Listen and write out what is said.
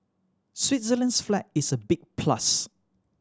Switzerland's flag is a big plus